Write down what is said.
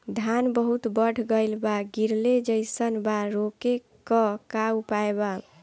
धान बहुत बढ़ गईल बा गिरले जईसन बा रोके क का उपाय बा?